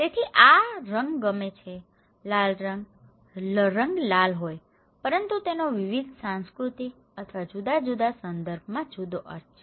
તેથી પણ આ રંગ ગમે છે લાલ રંગ રંગ લાલ હોય છે પરંતુ તેનો વિવિધ સાંસ્કૃતિક અથવા જુદા સંદર્ભમાં જુદો અર્થ છે